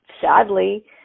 sadly